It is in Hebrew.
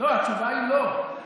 לא, התשובה היא לא.